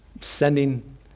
Sending